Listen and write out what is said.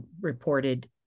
reported